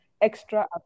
extra